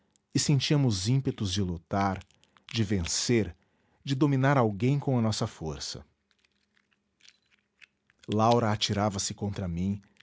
e sentíamos ímpetos de lutar de vencer de dominar alguém com a nossa força laura atirava-se contra mim